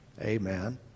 Amen